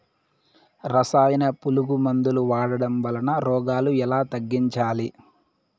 రసాయన పులుగు మందులు వాడడం వలన రోగాలు ఎలా తగ్గించాలి?